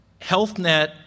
HealthNet